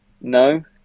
No